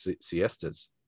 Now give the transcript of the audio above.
siestas